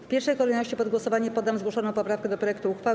W pierwszej kolejności pod głosowanie poddam zgłoszoną poprawkę do projektu uchwały.